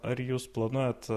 ar jūs planuojat